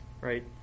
right